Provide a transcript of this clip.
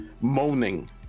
moaning